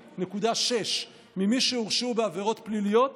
6.6% ממי שהורשעו בעבירות פליליות